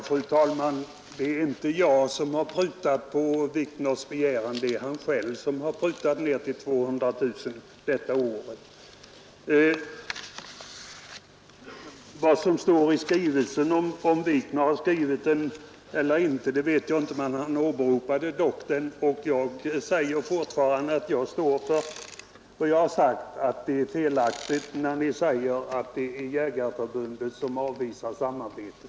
Fru talman! Det är inte jag som har prutat på herr Wikners begäran, utan det är han själv som har prutat ner anspråket till 200 000 kronor detta år. Vad som står i skrivelsen och om herr Wikner har skrivit den eller inte känner jag inte till, men det var han som åberopade den. Jag står för vad jag har sagt, nämligen att det är felaktigt att påstå att det är Svenska jägareförbundet som har avvisat samarbetet.